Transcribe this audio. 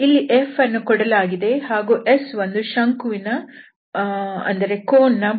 ಇಲ್ಲಿ F ಅನ್ನು ಕೊಡಲಾಗಿದೆ ಹಾಗೂ S ಒಂದು ಶಂಕು ವಿನ ಭಾಗ